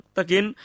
Takin